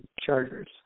Chargers